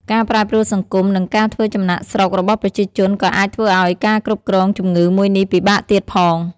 ការប្រែប្រួលសង្គម និងការធ្វើចំណាកស្រុករបស់ប្រជាជនក៏អាចធ្វើឱ្យការគ្រប់គ្រងជំងឺមួយនេះពិបាកទៀតផង។